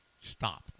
stop